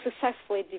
successfully